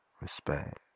respect